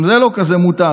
גם זה לא כזה מותג,